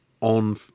on